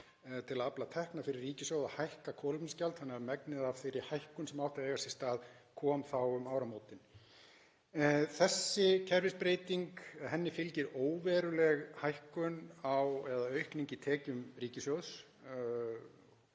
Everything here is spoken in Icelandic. til að afla tekna fyrir ríkissjóð, að hækka kolefnisgjald þannig að megnið af þeirri hækkun sem átti að eiga sér stað kom þá um áramótin. Þessari kerfisbreytingu fylgir óveruleg hækkun eða aukning í tekjum ríkissjóðs